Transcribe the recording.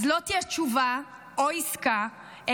לא תהיה תשובה או עסקה,